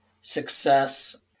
success